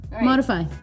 modify